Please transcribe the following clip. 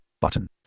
button